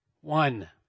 One